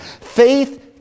Faith